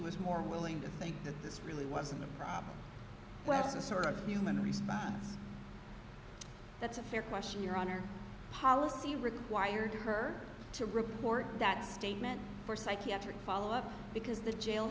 was more willing to think that this really wasn't a problem was a sort of human response that's a fair question your honor policy required her to report that statement for psychiatric follow up because the jail